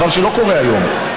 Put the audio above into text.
דבר שלא קורה היום,